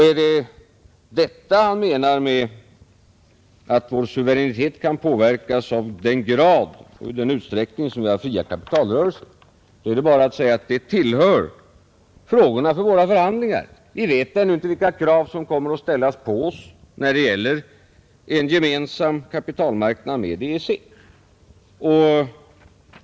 Är det detta han menar med att vår suveränitet kan påverkas av den grad och den utsträckning i vilken vi har fria kapitalrörelser, då är det bara att säga att det tillhör frågorna för våra förhandlingar, Vi vet inte ännu vilka krav som kommer att ställas på oss när det gäller en gemensam kapitalmarknad med EEC.